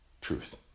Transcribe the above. truth